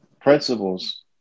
principles